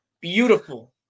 Beautiful